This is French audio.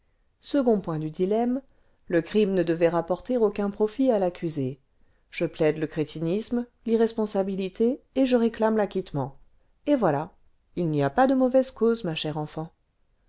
second point du dilemme le crime ne devait rapporter aucun profit à l'accusé je plaide le crétinisme l'irresponsabilité et je réclame l'acquittement et voilà il n'y a pas de mauvaise cause ma chère enfant